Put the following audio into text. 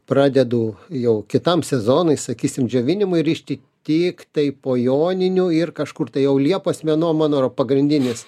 pradedu jau kitam sezonui sakysim džiovinimui rišti tiktai po joninių ir kažkur tai jau liepos mėnuo mano yra pagrindinis